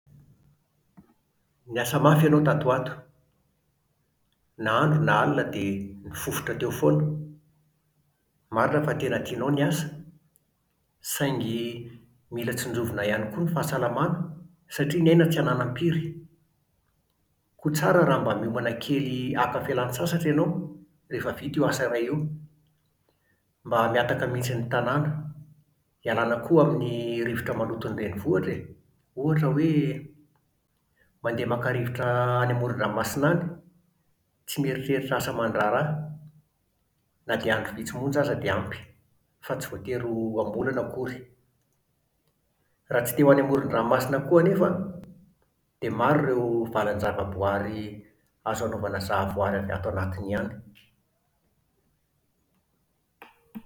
Niasa mafy ianao tato ho ato. Na andro na alina dia nifofotra teo foana. Marina fa tena tianao ny asa, saingy mila tsinjovina ihany koa ny fahasalamana satria ny aina tsy ananam-piry. Koa tsara raha mba miomana kely haka fialantsasatra ianao rehefa vita io asa iray io. Mba mihataka mihitsy ny tanàna. Hialana koa amin'ny rivotra maloton'ny renivohitra e! Ohatra hoe mandeha maka rivotra any amoron-dranmasina any. Tsy mieritreritra asa aman-draharaha. Na dia andro vitsy monja aza dia ampy. Fa tsy voatery ho am-bolana akory. Raha tsy te-ho any amoron-dranomasina koa anefa an, dia maro ireo valan-javaboary azo anaovana zahavoary avy ato anatiny ihany.